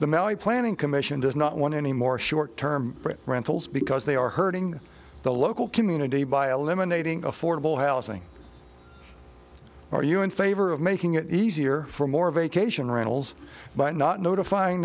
the melia planning commission does not want any more short term rentals because they are hurting the local community by eliminating affordable housing or are you in favor of making it easier for more vacation rentals by not no